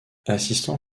assistant